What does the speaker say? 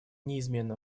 неизменно